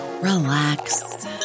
relax